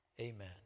Amen